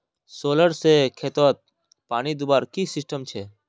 Solar से खेतोत पानी दुबार की सिस्टम छे?